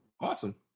Awesome